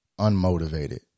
unmotivated